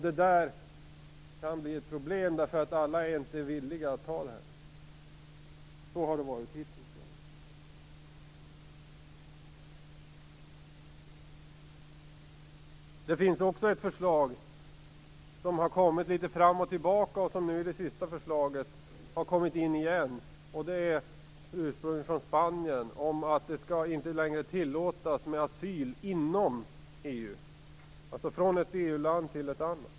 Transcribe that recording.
Det där kan bli ett problem, därför att alla inte är villiga att ta på sig detta. Så har det varit hittills i alla fall. Det finns också ett förslag som har gått litet fram och tillbaka och som har kommit in igen i det senaste dokumentet. Det kommer ursprungligen från Spanien och handlar om att asyl inte längre skall tillåtas inom EU, från ett EU-land till ett annat.